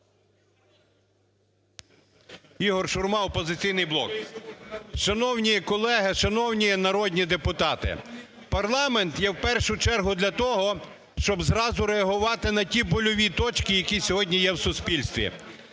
Ігор Шурма, "Опозиційний блок". Шановні колеги! Шановні народні депутати! Парламент є, в першу чергу, для того, щоб зразу реагувати на ті больові точки, які сьогодні є в суспільстві.